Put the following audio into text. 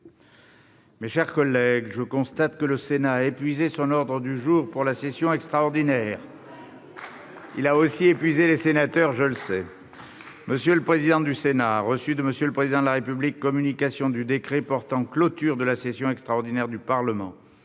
Mes chers collègues, je constate que le Sénat a épuisé son ordre du jour pour la session extraordinaire. Et nous a aussi épuisés ! Je ne le sais que trop bien ... M. le président du Sénat a reçu de M. le Président de la République communication du décret portant clôture de la session extraordinaire du Parlement.